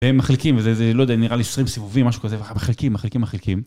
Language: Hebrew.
והם מחליקים, וזה לא יודע, נראה לי 20 סיבובים, משהו כזה, ומחליקים, מחליקים, מחליקים.